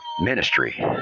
Ministry